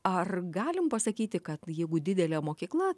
ar galim pasakyti kad jeigu didelė mokykla